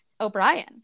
O'Brien